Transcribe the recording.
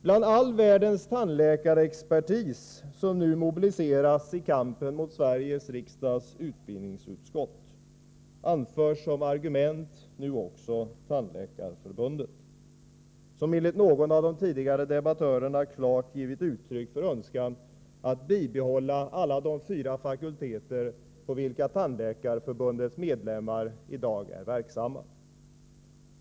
Bland all världens tandläkarexpertis som nu mobiliseras i kampen mot Sveriges riksdags utbildningsutskott anförs som argument nu också Tandläkarförbundet, som enligt någon av de tidigare debattörerna klart givit uttyck för en önskan att bibehålla alla de fyra fakulteterna på vilka Tandläkarförbundets medlemmar i dag är verksamma.